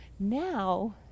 now